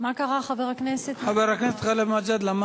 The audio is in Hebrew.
מה קרה, חבר הכנסת מג'אדלה?